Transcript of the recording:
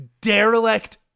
derelict